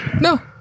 no